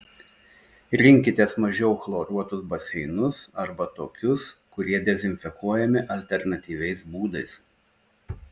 rinkitės mažiau chloruotus baseinus arba tokius kurie dezinfekuojami alternatyviais būdais